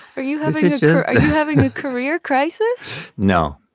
are you having a career crisis? no.